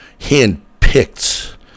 hand-picked